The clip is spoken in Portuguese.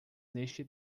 neste